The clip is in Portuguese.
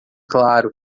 claro